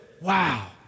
wow